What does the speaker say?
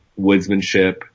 woodsmanship